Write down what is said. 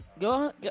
Go